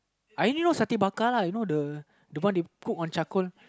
I only know satay lah you know the the one they put on charcoal